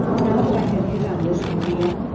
now that i had hit on this idea,